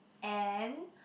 and